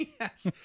Yes